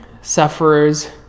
sufferers